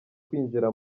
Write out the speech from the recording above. kwinjira